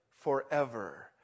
forever